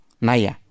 naya